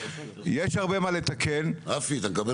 יש הרבה מה לתקן ודברים